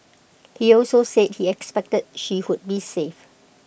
he also said he expected she would be saved